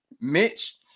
mitch